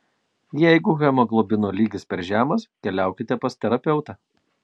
jeigu hemoglobino lygis per žemas keliaukite pas terapeutą